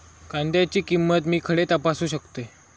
कांद्याची किंमत मी खडे तपासू शकतय?